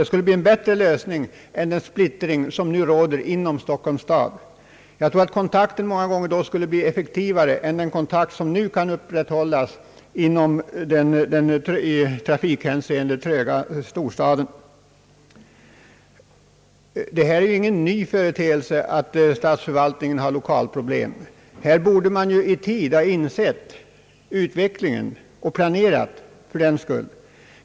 En sådan lösning vore bättre än den nuvarande spridningen över Stockholms stad. Jag tror att kontakten då många gånger skulle bli bättre än den kontakt som nu kan upprätthållas inom den i trafikhänseende tröga storstaden. Det är ingen ny företeelse att statsförvaltningen har lokalproblem. Man borde i tid ha insett vart utvecklingen skulle gå och planerat därefter.